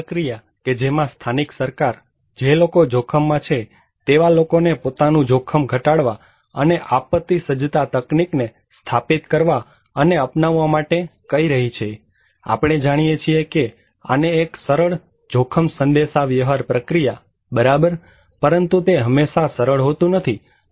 હવે આ પ્રક્રિયા કે જેમાં સ્થાનિક સરકાર જે લોકો જોખમમાં છે તેવા લોકોને પોતાનું જોખમ ઘટાડવા અને આપત્તિ સજ્જતા તકનીકને સ્થાપિત કરવા અને અપનાવવા માટે કઈ રહી છે આપણે જાણીએ છીએ કે આને એક સરળ જોખમ સંદેશાવ્યવહાર પ્રક્રિયાબરાબર પરંતુ તે હંમેશા સરળ હોતું નથી